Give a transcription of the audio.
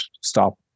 stop